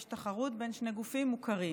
יש תחרות בין שני גופים מוכרים,